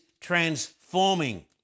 transforming